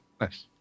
nice